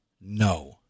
No